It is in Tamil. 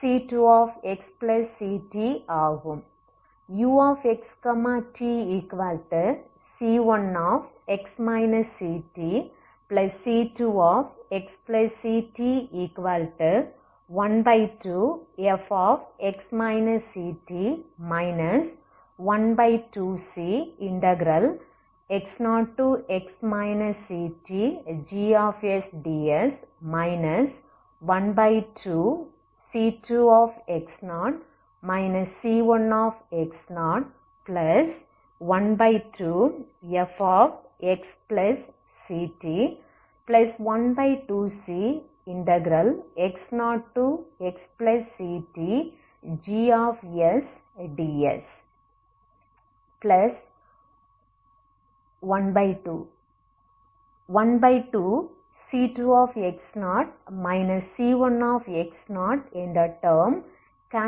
uxtc1x ctc2xct12fx ct 12cx0x ctgsds 12c2x0 c1x012fxct12cx0xctgsds12c2x0 c1 12c2x0 c1 என்ற டேர்ம் கேன்சல் பண்ணப்படுகிறது